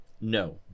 No